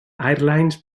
airlines